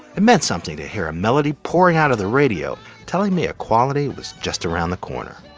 it meant something to hear a melody pouring out of the radio telling me equality was just around the corner.